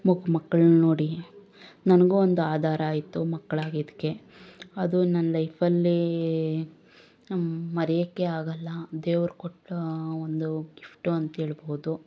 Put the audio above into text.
ಮಕ್ಳನ್ನ ನೋಡಿ ನನಗೂ ಒಂದು ಆಧಾರ ಆಯ್ತು ಮಕ್ಕಳು ಆಗಿದಕ್ಕೆ ಅದು ನನ್ನ ಲೈಫಲ್ಲಿ ಮರೆಯೋಕ್ಕೆ ಆಗೋಲ್ಲ ದೇವ್ರು ಕೊಟ್ಟ ಒಂದು ಗಿಫ್ಟು ಅಂತ ಹೇಳ್ಬೋದು